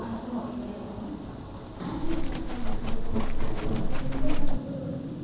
அதுவும் அருமையாக இருக்கும் காஞ்ச கடலைதான் இருக்கு அப்படின்னா அதை முந்தின நாள் ஊற வச்சு